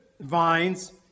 vines